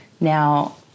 Now